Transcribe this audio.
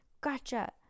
gotcha